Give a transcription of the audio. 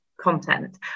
content